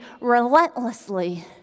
relentlessly